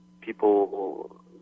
people